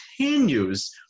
continues